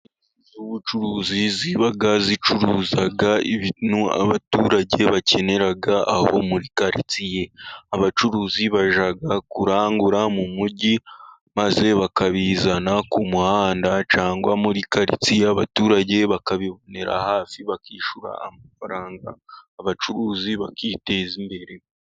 Inzu z'ubucuruzi ziba zicuruza ibintu abaturage bakenera, aho muri karirtsiye abacuruzi bajya kurangura mu mujyi, maze bakabizana ku muhanda cyangwa muri karitsiye y'abaturage, bakabibonera hafi bakishyura amafaranga. Abacuruzi bakiteza imbere.